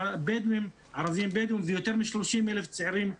ערבים בדואים ויותר מ-30,000 צעירים ערבים.